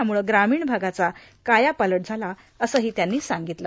यामुळं ग्रामीण भागाचा कायापलट झाला असंही त्यांनी सांगितलं